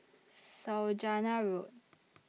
Saujana Road